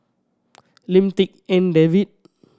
Lim Tik En David